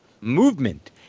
movement